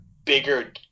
Bigger